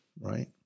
right